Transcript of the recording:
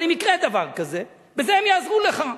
אבל אם יקרה דבר כזה, בזה הם יעזרו לך.